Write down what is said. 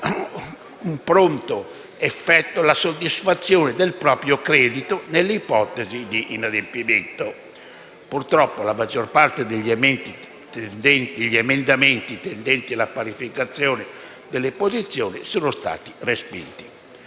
con pronto effetto la soddisfazione del proprio credito nell'ipotesi di inadempimento. Purtroppo la maggior parte degli emendamenti tendenti alla parificazione delle posizioni è stata respinta.